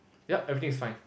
yup everything is fine